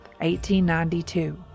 1892